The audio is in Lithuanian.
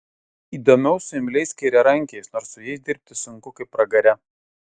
įdomiau su imliais kairiarankiais nors su jais dirbti sunku kaip pragare